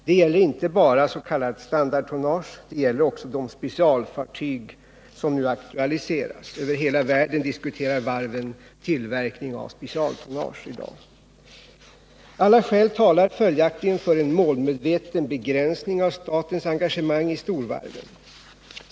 Detta gäller inte bara s.k. standardtonnage utan också de specialfartyg som nu aktualiseras. Över hela världen diskuterar varven i dag tillverkning av specialtonnage. Alla skäl talar följaktligen för en målmedveten begränsning av statens engagemang i storvarven.